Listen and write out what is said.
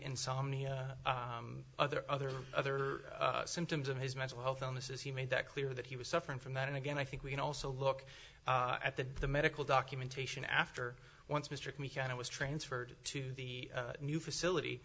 insomnia other other other symptoms of his mental health illnesses he made that clear that he was suffering from that and again i think we can also look at the the medical documentation after once mr mckenna was transferred to the new facility